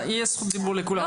תהיה זכות דיבור לכולם,